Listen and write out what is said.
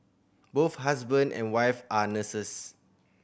both husband and wife are nurses